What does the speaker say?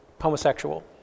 homosexual